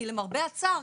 כי למרבה הצער,